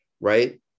right